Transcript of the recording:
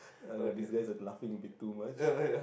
uh these guys are laughing bit too much